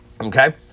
okay